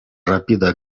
rapida